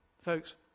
folks